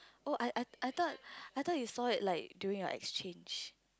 oh I I I thought I thought you saw it like during your exchange